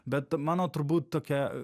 bet mano turbūt tokia